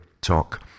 talk